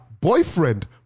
boyfriend